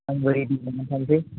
आंबो रेडि जानानै थानोसै